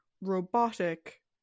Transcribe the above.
robotic